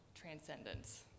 transcendence